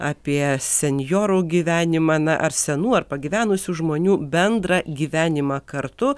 apie senjorų gyvenimą na ar senų ar pagyvenusių žmonių bendrą gyvenimą kartu